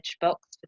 box